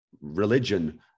religion